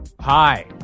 Hi